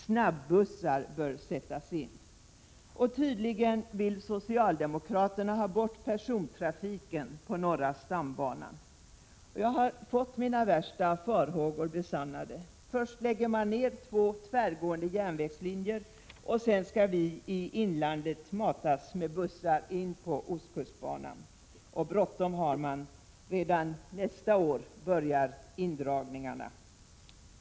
Snabbussar bör sättas in. Tydligen vill socialdemokraterna ha bort persontrafiken på norra stambanan. Jag har fått mina värsta farhågor besannade. Först lägger man ned två tvärgående järnvägslinjer, sedan skall vi i inlandet matas med bussar in på ostkustbanan. Bråttom har man, redan nästa år börjar indragningarna.